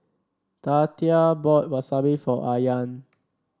Tatia bought Wasabi for Ayaan